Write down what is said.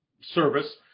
service